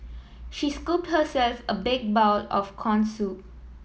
she scooped herself a big bowl of corn soup